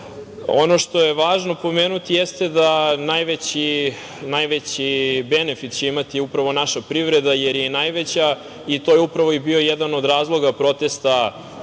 što je važno pomenuti, jeste da najveći benefit će imati upravo naša privreda, jer je najveća i to je upravo bio jedan od razloga protesta